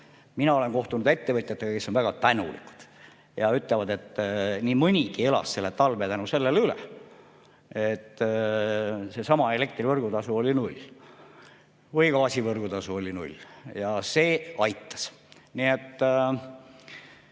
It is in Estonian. Mina olen kohtunud ettevõtjatega, kes on väga tänulikud ja ütlevad, et nii mõnigi elas selle talve tänu sellele üle – seesama elektri võrgutasu oli null või gaasi võrgutasu oli null ja see aitas.